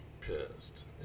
pissed